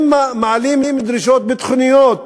אם מעלים דרישות ביטחוניות